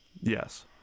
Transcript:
yes